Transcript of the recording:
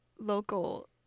local